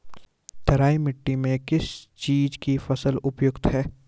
तराई मिट्टी में किस चीज़ की फसल उपयुक्त है?